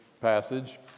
passage